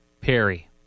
Perry